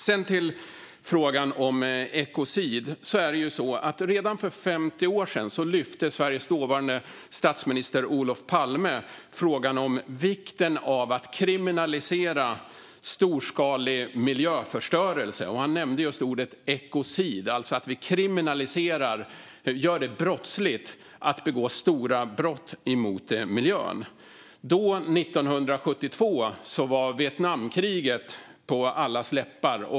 Sveriges dåvarande statsminister Olof Palme lyfte redan för 50 år sedan frågan om vikten av att kriminalisera storskalig miljöförstörelse. Han nämnde just ordet "ekocid", alltså att vi kriminaliserar och gör det brottsligt att begå stora brott mot miljön. Då, 1972, var Vietnamkriget på allas läppar.